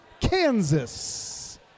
Kansas